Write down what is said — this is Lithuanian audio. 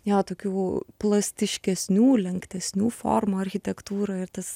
jo tokių plastiškesnių lenktesnių formų architektūrą ir tas